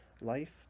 life